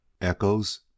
Echoes